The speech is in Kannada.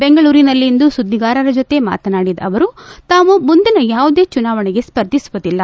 ಬೆಂಗಳೂರಿನಲ್ಲಿಂದು ಸುದ್ದಿಗಾರರ ಜತೆ ಮಾತನಾಡಿದ ಅವರು ತಾವು ಮುಂದಿನ ಯಾವುದೇ ಚುನಾವಣೆಗೆ ಸ್ಪರ್ಧಿಸುವುದಿಲ್ಲ